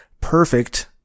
perfect